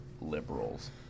liberals